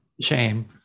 shame